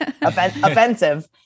offensive